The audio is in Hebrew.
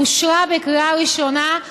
אושרה בקריאה ראשונה,